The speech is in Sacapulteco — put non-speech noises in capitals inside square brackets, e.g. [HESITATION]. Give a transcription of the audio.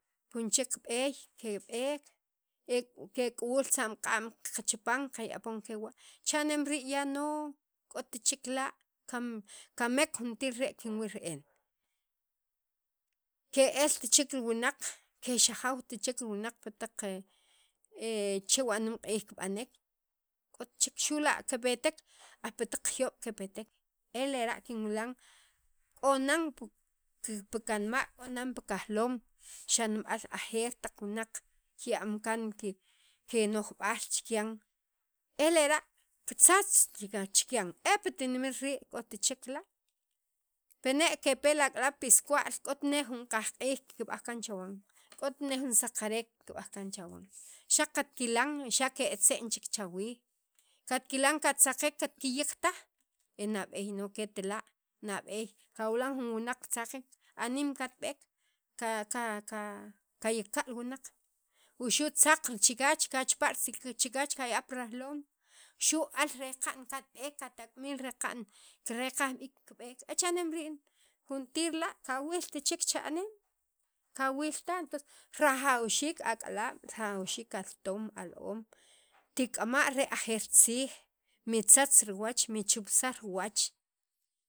Jun chek b'eey keb'eek, ek'ek'awul tza'm q'am qaqachipan qayapoon kewa', chanemri' ya no, k'ot chek la' kam kamek juntir rii' kinwiil re'en ke'eltchek wunaq kexajaw tichek wunaq pi taq [HESITATION] chewa' nemq'iij kib'anek k'o tichek xula' kepetek aj pitaq juyob' kepetek elera' kinwilan k'o nan pikanma' k'o nan pi kajloom xa' rimal ajer taq wuwaq kiya'm kankino'jb'al chikyan elera' kitzatzt chikyan e pitinimet rii' k'ot chek laa' pine' kepe' lak'alaab' pi iskwa'l k'ot ne' jun qajq'iij kikb'aj kan chawan kot ne' jun saqarek kikb'ak kan chawan xaq katkilan xaq ketze'n chek chawij katkilan katzaqak katkiyiq taj e nab'eey no ketala' kawilan jun winaq kitzaqak aniim katb'eek kaka kayaka' wunaq wuxu' tzaq richikyach kachapa' kaya'n pi rajloom xu' aal reqa'n katb'eek katak'miij reqa'n kireqaj b'iik kib'eek e chanem rii' juntir la' kawiltichek chanem kawil taj tons rajawxiik ak'alaab' rajawxiik al- toom, al- oom tik'ama' re ajer tziij mi tzatz mi chupsaj ruwach